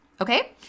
Okay